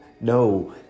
No